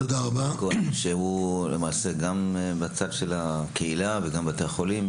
שהוא למעשה גם בצד של הקהילה וגם בתי החולים,